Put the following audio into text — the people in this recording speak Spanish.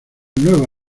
nueva